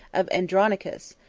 of andronicus,